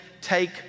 take